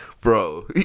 bro